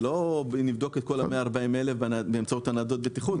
זה לא שנבדוק את כל ה-140 אלף באמצעות ניידות הבטיחות.